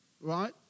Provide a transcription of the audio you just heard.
right